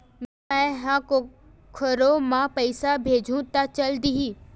का मै ह कोखरो म पईसा भेजहु त चल देही?